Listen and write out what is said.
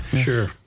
Sure